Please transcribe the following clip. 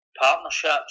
partnerships